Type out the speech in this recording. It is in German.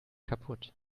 kaputt